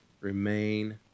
remain